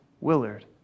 Willard